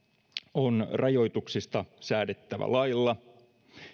on rajoituksista säädettävä lailla